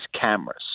cameras